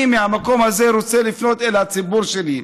אני מהמקום הזה רוצה לפנות אל הציבור שלי: